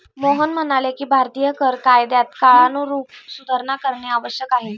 मोहन म्हणाले की भारतीय कर कायद्यात काळानुरूप सुधारणा करणे आवश्यक आहे